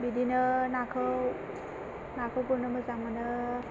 बिदिनो नाखौ गुरनो मोजां मोनो